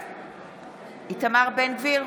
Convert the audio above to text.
גביר,